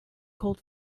cold